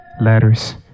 Letters